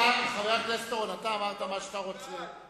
אתה אמרת מה שאתה רוצה,